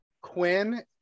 Quinn